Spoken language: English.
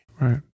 Right